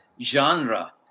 genre